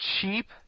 cheap